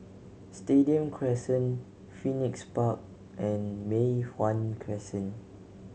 Stadium Crescent Phoenix Park and Mei Hwan Crescent